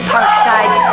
Parkside